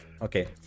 okay